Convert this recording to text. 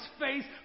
face